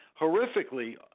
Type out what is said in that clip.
horrifically